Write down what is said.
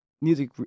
music